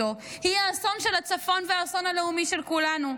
היא האסון של הצפון והאסון הלאומי של כולנו.